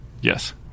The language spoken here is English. Yes